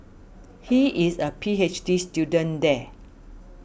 he is a P H D student there